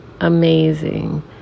amazing